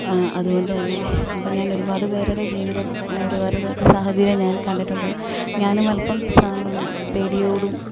അതുകൊണ്ട് തന്നെ അപ്പം ഞാൻ ഒരുപാട് പേരുടെ ജീവിതം ഒരുപാട് പേരുടെ സാഹചര്യം ഞാൻ കണ്ടിട്ടുണ്ട് ഞാനും അൽപ്പം പേടിയോടും